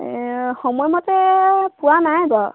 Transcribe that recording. এই সময়মতে পোৱা নাই বাৰু